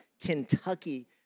Kentucky